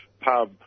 pub